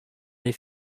they